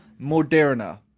Moderna